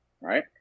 right